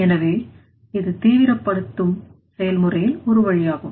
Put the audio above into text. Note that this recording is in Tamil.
எனவே இது தீவிரப்படுத்தும் செயல்முறையின் ஒரு வழியாகும்